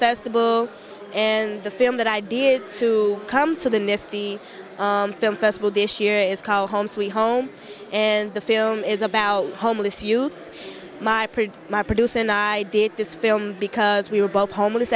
festival and the film that i did to come to the nifty film festival this year is called home sweet home and the film is about homeless youth my pretty my produce and i did this film because we were both homeless